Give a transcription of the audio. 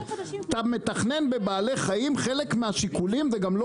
אתה מתכנן בבעלי חיים חלק מהשיקולים זה גם לא